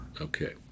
Okay